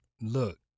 look